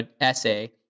essay